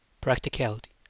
practicality